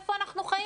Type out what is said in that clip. איפה אנחנו חיים?